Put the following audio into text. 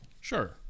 sure